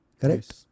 Correct